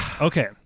Okay